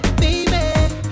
baby